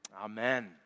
Amen